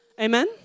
Amen